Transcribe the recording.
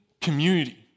community